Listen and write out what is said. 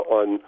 on